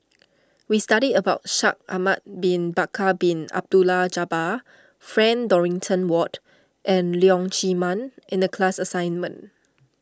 we studied about Shaikh Ahmad Bin Bakar Bin Abdullah Jabbar Frank Dorrington Ward and Leong Chee Mun in the class assignment